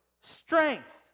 Strength